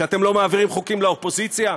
שאתם לא מעבירים חוקים לאופוזיציה?